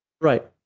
Right